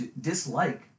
dislike